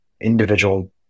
individual